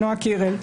נועה קירל.